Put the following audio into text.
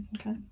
Okay